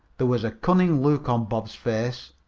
there was a cunning look on bob's face,